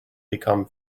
become